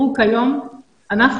כיום אנחנו,